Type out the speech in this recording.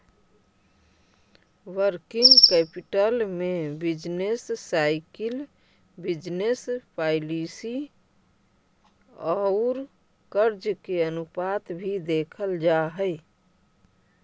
working capital में business cycle business policy औउर कर्ज के अनुपात भी देखल जा हई